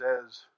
says